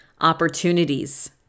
Opportunities